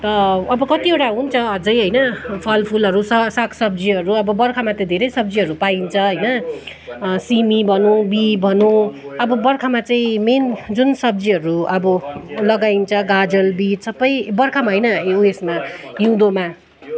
त अब कतिवटा हुन्छ अझै होइन फलफुलहरू साग सब्जीहरू अब बर्खामा त धेरै सब्जीहरू पाइन्छ होइन सिमी भनौँ बीँ भनौँ अब बर्खामा चाहिँ मेन जुन सब्जीहरू अब लगाइन्छ गाजर बिट सबै बर्खामा होइन उयसमा हिउँदोमा